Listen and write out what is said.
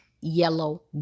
yellow